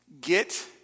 get